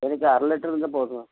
எனக்கு அரை லிட்ரு இருந்தால் போதுங்க